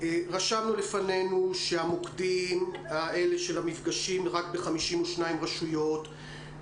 רשמנו לפנינו שהמוקדים עובדים רק ב-52 רשויות.